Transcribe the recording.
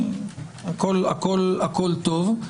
הכול טוב.